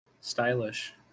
Stylish